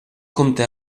compta